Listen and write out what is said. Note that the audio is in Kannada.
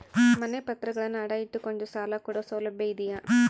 ಮನೆ ಪತ್ರಗಳನ್ನು ಅಡ ಇಟ್ಟು ಕೊಂಡು ಸಾಲ ಕೊಡೋ ಸೌಲಭ್ಯ ಇದಿಯಾ?